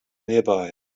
nearby